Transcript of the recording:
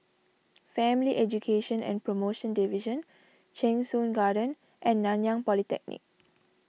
Family Education and Promotion Division Cheng Soon Garden and Nanyang Polytechnic